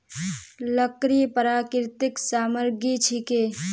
लकड़ी प्राकृतिक सामग्री छिके